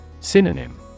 Synonym